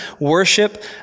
Worship